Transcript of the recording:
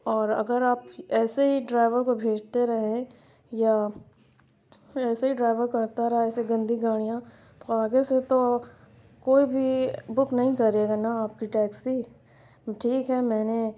اور اگر آپ ایسے ہی ڈرائیور کو بھیجتے رہیں یا ایسے ہی ڈرائیور کرتا رہا ایسے گندی گاڑیاں تو آگے سے تو کوئی بھی بک نہیں کرے گا نا آپ کی ٹیکسی ٹھیک ہے میں نے